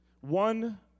one